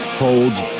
holds